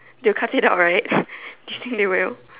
they will cut it out right do you think they will